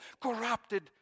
corrupted